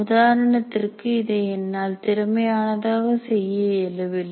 உதாரணத்திற்கு இதை என்னால் திறமையானதாக செய்ய இயலவில்லை